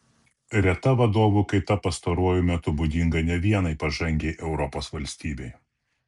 reta vadovų kaita pastaruoju metu būdinga ne vienai pažangiai europos valstybei